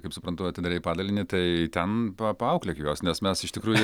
kaip suprantu atidavei padalinį tai ten paauklėk juos nes mes iš tikrųjų